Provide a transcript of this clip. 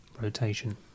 rotation